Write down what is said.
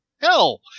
hell